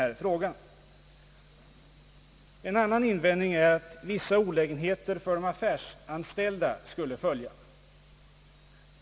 För det andra har den invändningen gjorts att vissa olägenheter för de affärsanställda skulle bli följden.